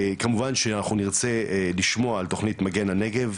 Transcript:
כמובן שאנחנו נרצה לשמוע על תוכנית מגן הנגב,